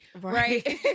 Right